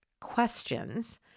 questions